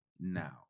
now